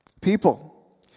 people